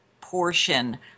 portion